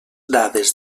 dades